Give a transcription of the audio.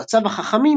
ויועציו החכמים